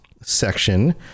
section